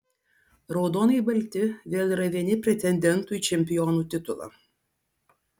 raudonai balti vėl yra vieni pretendentų į čempionų titulą